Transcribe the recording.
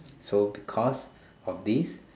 so because of this